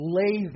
lay